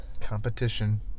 competition